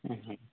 ହଁ ହଁ